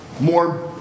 more